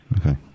Okay